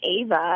Ava